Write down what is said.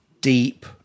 deep